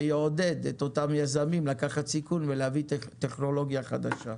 כדי לעודד את אותם יזמים לקחת סיכון ולהביא טכנולוגיה חדשה.